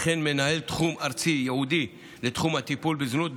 וכן מנהל תחום ארצי ייעודי לתחום הטיפול בזנות,